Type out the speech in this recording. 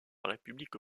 république